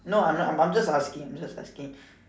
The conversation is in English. no I'm not I'm just asking I'm just asking